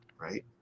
right